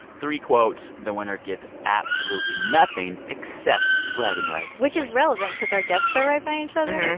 three quotes the winner gets absolutely nothing except bragging rights which is relevant because our desks are right by each other,